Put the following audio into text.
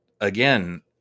again